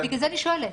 בגלל זה אני שואלת.